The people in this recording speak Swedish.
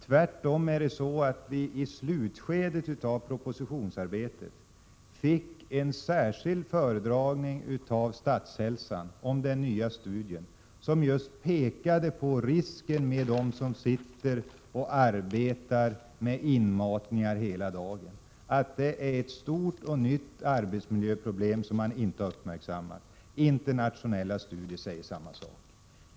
Tvärtom var det så att vi i slutskedet av propositionsarbetet fick en särskild föredragning av Statshälsan om den nya studien, som pekade på just risken för dem som hela dagen sitter och arbetar med inmatning. Det är ett stort och nytt arbetsmiljöproblem, som man tidigare inte uppmärksammat. Internationella studier säger samma sak.